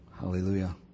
Hallelujah